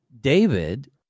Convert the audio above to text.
David